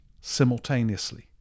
simultaneously